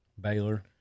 Baylor